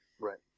Right